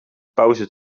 pauze